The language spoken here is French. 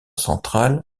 central